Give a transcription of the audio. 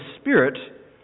Spirit